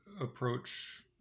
approach